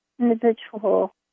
individual